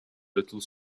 little